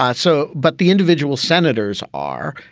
also, but the individual senators are.